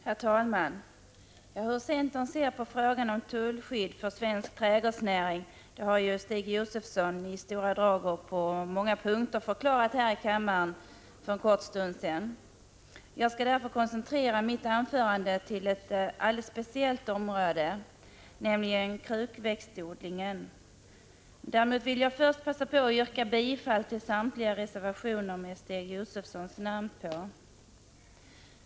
Herr talman! Hur centern ser på frågan om tullskydd för svensk trädgårdsnäring har Stig Josefson i stora drag och på många punkter förklarat här i kammaren för en kort stund sedan. Jag skall därför koncentrera mitt anförande till ett alldeles speciellt område, nämligen krukväxtodlingen. Jag vill emellertid först passa på att yrka bifall till samtliga reservationer med Stig Josefsons namn på.